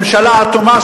ממשלה אטומה,